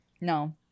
no